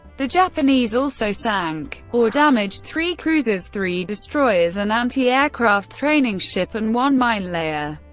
the japanese also sank or damaged three cruisers, three destroyers, an anti-aircraft training ship, and one minelayer.